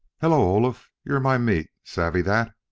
hello, olaf, you're my meat, savvee that,